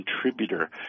contributor